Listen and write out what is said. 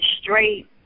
straight